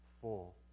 full